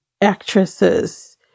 actresses